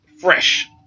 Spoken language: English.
fresh